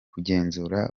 kugenzura